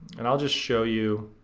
and i'll just show you